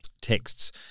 texts